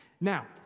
Now